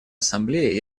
ассамблеи